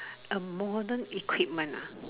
a modern equipment ah